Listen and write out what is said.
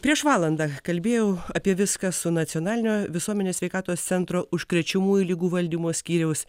prieš valandą kalbėjau apie viską su nacionalinio visuomenės sveikatos centro užkrečiamųjų ligų valdymo skyriaus